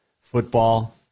football